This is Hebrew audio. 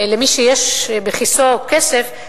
למי שיש בכיסו כסף,